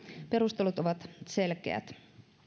perustelut ovat selkeät